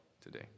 today